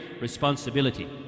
responsibility